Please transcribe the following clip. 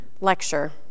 lecture